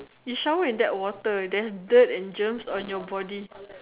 you shower in that water there's dirt and germs on your body